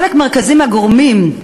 חלק מרכזי מהגורמים: